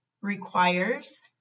requires